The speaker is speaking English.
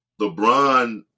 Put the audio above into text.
LeBron